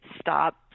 stop